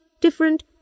different